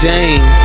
Jane